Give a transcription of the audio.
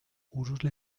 udo